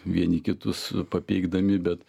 vieni kitus papeikdami bet